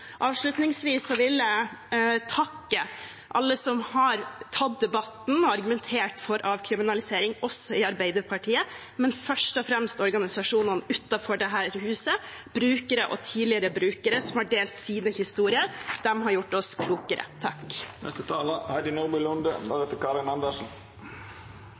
Avslutningsvis vil jeg takke alle som har tatt debatten og argumentert for avkriminalisering, også i Arbeiderpartiet, men først og fremst organisasjonene utenfor dette huset, brukere og tidligere brukere som har delt sine historier. De har gjort oss klokere.